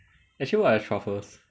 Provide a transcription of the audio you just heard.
actually what are truffles